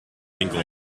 winkel